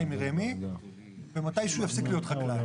מרמ"י ומתישהו יפסיק להיות חקלאי,